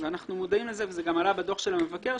ואנחנו מודעים לזה וזה גם עלה בדוח המבקר,